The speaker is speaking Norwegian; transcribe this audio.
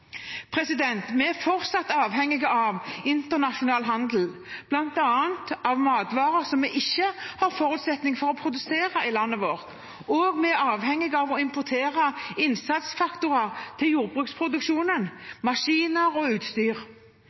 Vi er fortsatt avhengige av internasjonal handel, bl.a. av matvarer vi ikke har forutsetninger for å produsere i landet vårt, og vi er avhengige av å importere innsatsfaktorer til jordbruksproduksjonen, maskiner og utstyr.